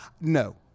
no